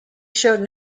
showed